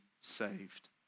saved